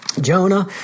Jonah